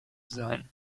sein